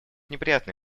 неприятно